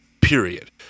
period